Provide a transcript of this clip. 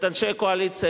את אנשי הקואליציה,